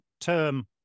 term